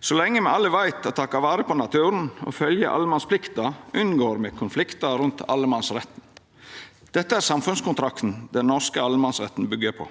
Så lenge me alle veit å taka vare på naturen og følgja allemannsplikta, unngår me konfliktar rundt allemannsretten. Dette er samfunnskontrakten som den norske allemannsretten byggjer på.